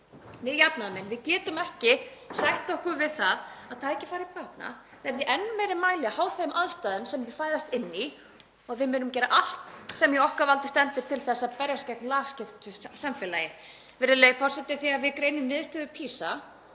Við jafnaðarmenn getum ekki sætt okkur við það að tækifæri barna verði í enn meira mæli háð þeim aðstæðum sem þau fæðast inn í og við munum gera allt sem í okkar valdi stendur til að berjast gegn lagskiptu samfélagi. Virðulegi forseti. Þegar við greinum niðurstöður PISA